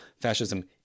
Fascism